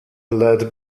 led